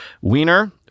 Wiener